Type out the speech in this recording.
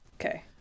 okay